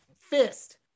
fist